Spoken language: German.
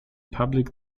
public